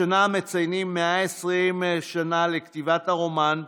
השנה מציינים 120 שנה לכתיבת הרומן,